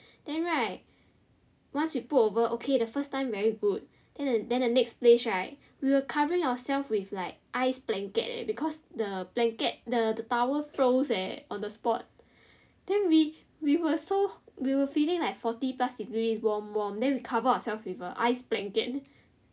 then right once we put over okay the first time very good then the then the next place right we were covering ourself with like ice blanket leh because the blanket the the towel froze leh on the spot then we we were so we were feeling like forty plus degrees warm warm then we cover ourself with a ice blanket